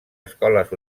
escoles